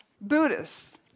Buddhists